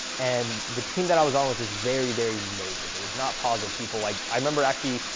and the team that i was on which was very, very negative it was not positive people like, i remember actually,